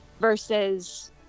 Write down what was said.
versus